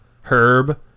Herb